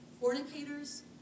Fornicators